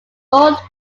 rowed